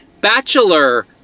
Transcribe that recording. bachelor